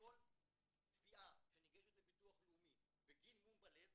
שכל תביעה שניגשת לביטוח לאומי בגין מום בלב